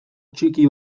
txiki